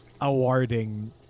awarding